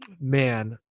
man